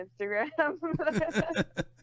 Instagram